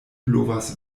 blovas